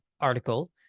article